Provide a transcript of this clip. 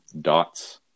dots